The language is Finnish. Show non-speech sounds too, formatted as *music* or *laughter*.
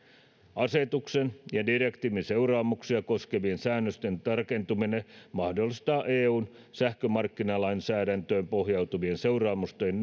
asetuksen ja direktiivin seuraamuksia koskevien säännösten tarkentuminen mahdollistaa eun sähkömarkkinalainsäädäntöön pohjautuvien seuraamusten *unintelligible*